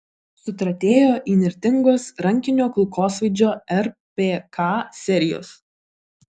sutratėjo įnirtingos rankinio kulkosvaidžio rpk serijos